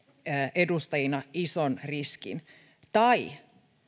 edustajina ison riskin tai